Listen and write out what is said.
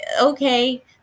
okay